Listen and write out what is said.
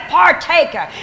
partaker